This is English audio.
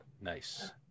nice